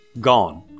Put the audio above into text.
Gone